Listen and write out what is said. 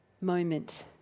moment